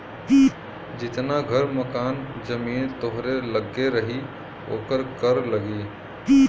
जितना घर मकान जमीन तोहरे लग्गे रही ओकर कर लगी